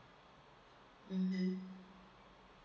mmhmm